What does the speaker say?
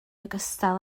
ogystal